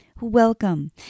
welcome